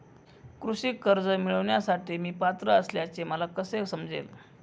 कृषी कर्ज मिळविण्यासाठी मी पात्र असल्याचे मला कसे समजेल?